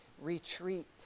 retreat